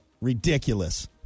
Ridiculous